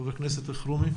חבר הכנסת אלחרומי.